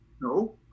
no